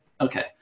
Okay